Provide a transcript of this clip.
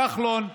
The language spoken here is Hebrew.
כחלון,